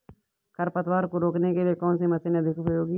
खरपतवार को रोकने के लिए कौन सी मशीन अधिक उपयोगी है?